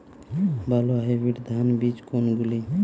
ভালো হাইব্রিড ধান বীজ কোনগুলি?